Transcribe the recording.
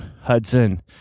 Hudson